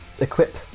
equip